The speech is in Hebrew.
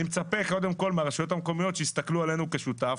אני מצפה מהרשויות המקומיות שיסתכלו עלינו כשותף.